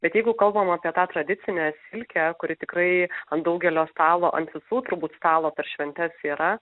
bet jeigu kalbam apie tą tradicinę silkę kuri tikrai ant daugelio stalo ant visų turbūt stalo per šventes yra